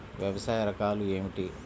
వ్యవసాయ రకాలు ఏమిటి?